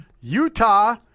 Utah